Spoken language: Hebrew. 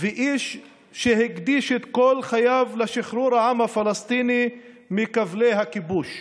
ואיש שהקדיש את כל חייו לשחרור העם הפלסטיני מכבלי הכיבוש.